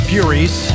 Furies